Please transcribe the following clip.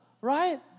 right